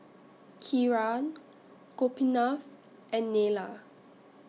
Kiran Gopinath and Neila